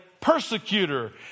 persecutor